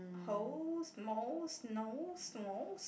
hose mose nose mose